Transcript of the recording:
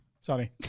Sorry